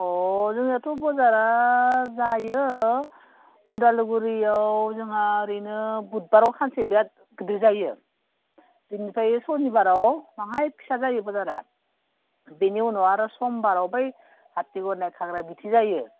अ जोंनाथ' बाजारा जायो अदालगुरियाव जोंहा ओरैनो बुधबाराव सानसे बिराद गिदिर जायो बेनिफ्राय सनिबाराव माहाय फिसा जायो बाजारा बेनि उनाव आरो समबाराव बै हाथिगना थाग्रा बिथिं जायो